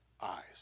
eyes